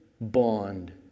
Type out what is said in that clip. bond